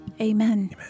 Amen